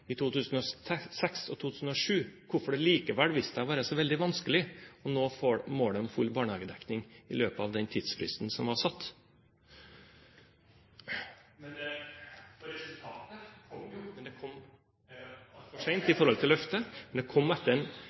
hvorfor det likevel viste seg å være så veldig vanskelig å nå målet om full barnehagedekning i løpet av den tidsfristen som var satt. Resultatet kom jo, men det kom altfor sent i forhold til løftet, men det kom